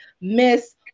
Miss